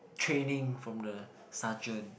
training from the sergeant